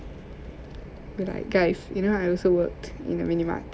guys you know I also worked in minimart